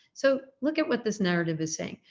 so, look at what this narrative is saying.